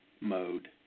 mode